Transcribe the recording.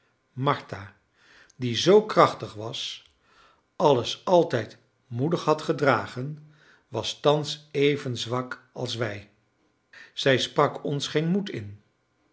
martha die zoo krachtig was alles altijd moedig had gedragen was thans even zwak als wij zij sprak ons geen moed in